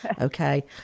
okay